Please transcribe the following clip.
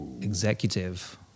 Executive